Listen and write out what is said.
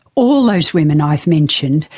all those women i've mentioned,